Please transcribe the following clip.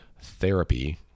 therapy